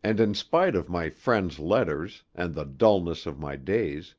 and in spite of my friend's letters, and the dulness of my days,